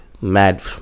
mad